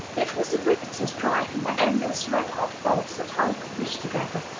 it was the riveters driving the endless red-hot bolts that hold the bridge together,